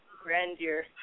Grandeur